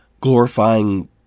glorifying